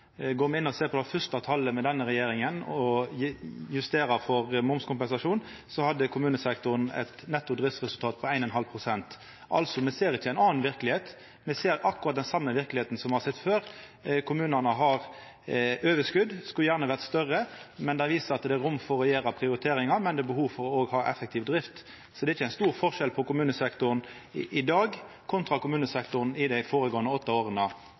går inn og ser på dei fyrste tala til denne regjeringa og justerer for momskompensasjonen, hadde kommunesektoren eit netto driftsresultat på 1,5 pst. Me ser altså ikkje ei anna verkelegheit. Me ser akkurat den same verkelegheita som me har sett før. Kommunane har eit overskot. Det skulle gjerne vore større, men det viser at det er rom for å gjera prioriteringar. Men det er òg behov for å ha effektiv drift. Det er ikkje nokon stor skilnad på kommunesektoren i dag og kommunesektoren dei føregåande åtte åra.